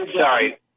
sorry